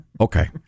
Okay